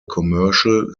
commercial